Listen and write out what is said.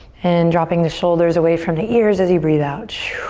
and dropping the shoulders away from the ears as you breathe out.